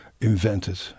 invented